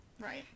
Right